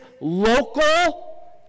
local